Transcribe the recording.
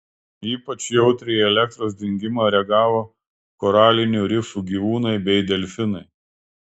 ypač jautriai į elektros dingimą reagavo koralinių rifų gyvūnai bei delfinai